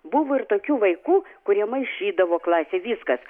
buvo ir tokių vaikų kurie maišydavo klasei viskas